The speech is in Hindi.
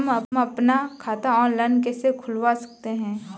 हम अपना खाता ऑनलाइन कैसे खुलवा सकते हैं?